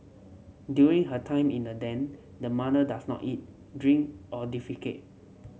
during her time in the den the mother does not eat drink or defecate